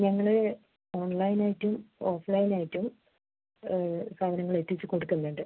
ഞങ്ങൾ ഓൺലൈനായിട്ടും ഓഫ്ലൈനായിട്ടും സാധനങ്ങളെത്തിച്ച് കൊടുക്കുന്നുണ്ട്